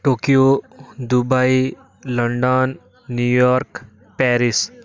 Tokyo Dubai London New York Paris